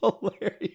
hilarious